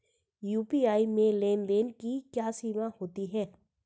UPI में लेन देन की क्या सीमा होती है?